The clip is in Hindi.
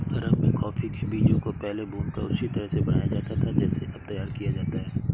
अरब में कॉफी के बीजों को पहले भूनकर उसी तरह से बनाया जाता था जैसे अब तैयार किया जाता है